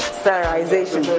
sterilization